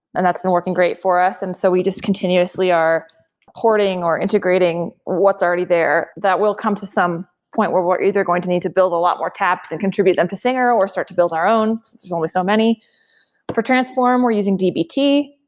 and that's been working great for us, and so we just continuously are hoarding, or integrating what's already there that will come to some point where we're either going to need to build a lot more taps and contribute them to singer or start to build our own, since there's only so many for transform, we're using dbt.